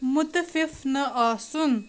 مُتفِف نہٕ آسُن